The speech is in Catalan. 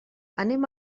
anem